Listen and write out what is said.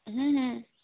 हूँ